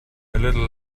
little